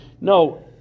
no